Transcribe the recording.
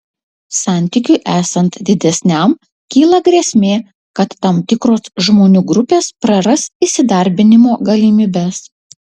santykiui esant didesniam kyla grėsmė kad tam tikros žmonių grupės praras įsidarbinimo galimybes